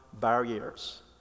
barriers